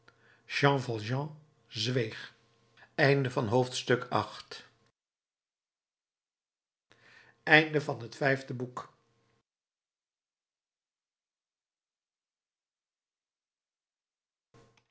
jean valjean een